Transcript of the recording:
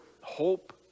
hope